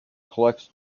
collects